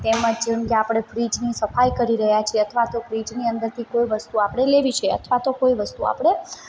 તેમજ જેમ કે આપણે ફ્રિજની સફાઈ કરી રહ્યા છીએ અથવા તો ફ્રિજની અંદરથી કોઈ વસ્તુ આપણે લેવી છે અથવા તો કોઇ વસ્તુ આપણે